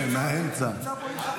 כן, מהאמצע.